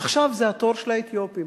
עכשיו זה התור של האתיופים.